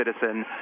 citizen